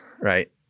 right